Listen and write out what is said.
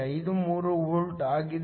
53 volt ಆಗಿದೆ